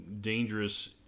dangerous